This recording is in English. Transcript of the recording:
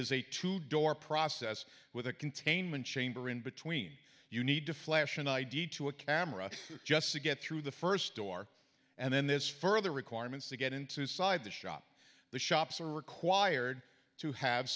is a two door process with a containment chamber in between you need to flash an id to a camera just to get through the first door and then there's further requirements to get into side the shop the shops are required to have